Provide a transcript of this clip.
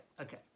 Okay